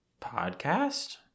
Podcast